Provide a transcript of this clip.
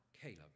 Caleb